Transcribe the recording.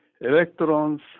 electrons